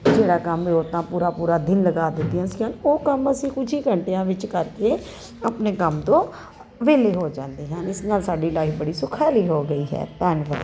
ਜਿਹੜਾ ਕੰਮ ਔਰਤਾਂ ਪੂਰਾ ਪੂਰਾ ਦਿਨ ਲਗਾ ਦਿੰਦੀਆਂ ਸੀ ਉਹ ਕੰਮ ਅਸੀਂ ਕੁਝ ਹੀ ਘੰਟਿਆਂ ਵਿੱਚ ਕਰਕੇ ਆਪਣੇ ਕੰਮ ਤੋਂ ਵੇਹਲੇ ਹੋ ਜਾਂਦੇ ਹਨ ਇਸ ਨਾਲ ਸਾਡੀ ਲਾਈਫ ਬੜੀ ਸੌਖਾਲੀ ਹੋ ਗਈ ਹੈ ਧੰਨਵਾਦ